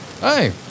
Hey